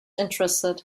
interested